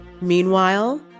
Meanwhile